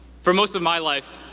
for most of my life,